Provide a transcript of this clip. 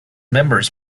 members